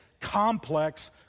complex